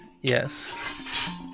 Yes